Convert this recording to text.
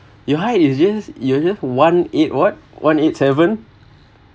your height is just you're just one eight what one eight seven